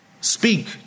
speak